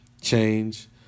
change